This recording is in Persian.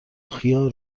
خیار